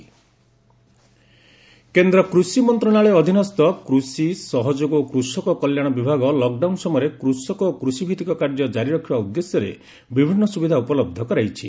agriculture ministry lockdown କେନ୍ଦ୍ର କୃଷି ମନ୍ତ୍ରଣାଳୟ ଅଧୀନସ୍ଥ କୃଷି ସହଯୋଗ ଓ କୃଷକ କଲ୍ୟାଣ ବିଭାଗ ଲକ୍ଡାଉନ ସମୟରେ କୃଷକ ଓ କୃଷିଭିତ୍ତିକ କାର୍ଯ୍ୟ ଜାରି ରଖିବା ଉଦ୍ଦେଶ୍ୟରେ ବିଭିନ୍ନ ସୁବିଧା ଉପଲବ୍ଧ କରାଇଛି